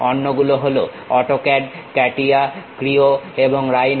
অন্যগুলো হলো AutoCAD CATIA Creo এবং রাইনো